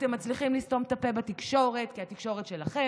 אתם מצליחים לסתום את הפה בתקשורת כי התקשורת שלכם,